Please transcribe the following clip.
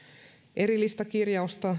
erillistä kirjausta